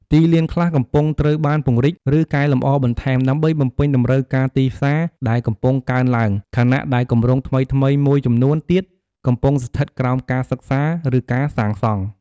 ទីលានខ្លះកំពុងត្រូវបានពង្រីក ឬកែលម្អបន្ថែម ដើម្បីបំពេញតម្រូវការទីផ្សារដែលកំពុងកើនឡើង ខណៈដែលគម្រោងថ្មីៗមួយចំនួនទៀតកំពុងស្ថិតក្រោមការសិក្សា ឬការសាងសង់។